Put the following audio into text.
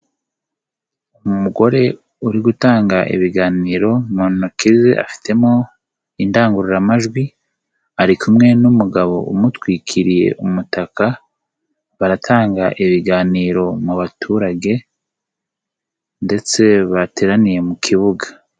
Umugore uri gutanga ibiganiro mu ntoki ze afitemo indangururamajwi ari kumwe n'umugabo umutwikiriye umutaka baratanga ibiganiro mu baturage ndetse bateraniye mu kibuga.